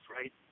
right